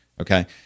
okay